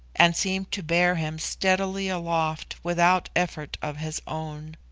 and seemed to bear him steadily aloft without effort of his own.